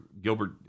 Gilbert